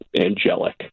angelic